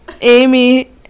Amy